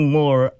more